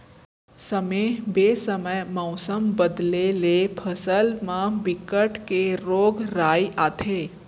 समे बेसमय मउसम बदले ले फसल म बिकट के रोग राई आथे